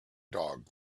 dog